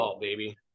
baby